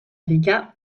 rica